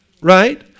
right